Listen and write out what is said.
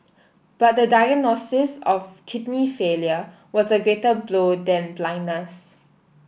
but the diagnosis of kidney failure was a greater blow than blindness